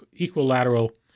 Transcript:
equilateral